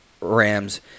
Rams